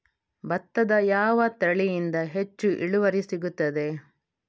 ಭತ್ತದ ಯಾವ ತಳಿಯಿಂದ ಹೆಚ್ಚು ಇಳುವರಿ ಸಿಗುತ್ತದೆ?